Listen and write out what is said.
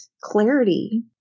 clarity